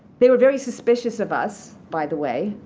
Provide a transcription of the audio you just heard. they were very suspicious of us, by the way,